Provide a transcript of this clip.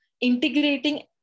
integrating